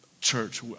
church